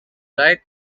right